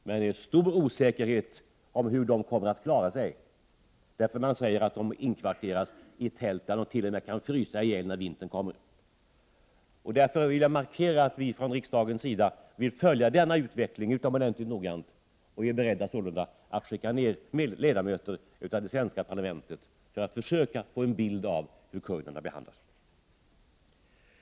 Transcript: Men osäkerheten om hur de kommer att klara sig är stor, eftersom de inkvarterats i tält där de t.o.m. kan frysa ihjäl när vintern kommer. Därför vill jag markera att vi från riksdagens sida avser att utomordentligt noggrant följa denna utveckling, och sålunda är vi beredda att skicka ner ledamöter av det svenska parlamentet för att de skall försöka skaffa sig en bild av hur kurderna behandlas.